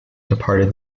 departed